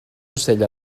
ocell